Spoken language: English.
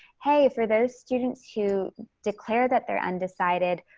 hey, for those students who declared that they're undecided,